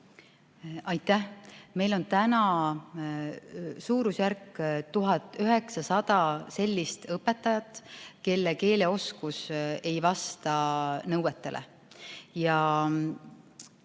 Aitäh! Meil on täna suurusjärgus 1900 sellist õpetajat, kelle keeleoskus ei vasta nõuetele.